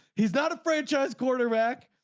he's not a franchise quarterback.